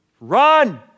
Run